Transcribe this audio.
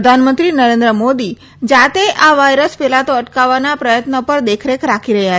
પ્રધાનમંત્રી નરેન્દ્ર મોદી જાતે આ વાયરસ ફેલાતો અટકાવવાના પ્રથત્ન પર દેખરેખ રાખી રહ્યા છે